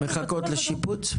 מחכות לשיפוץ?